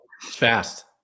Fast